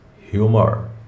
humor